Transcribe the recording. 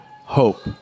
hope